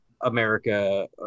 America